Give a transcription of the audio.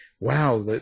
wow